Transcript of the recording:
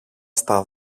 στα